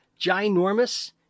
Ginormous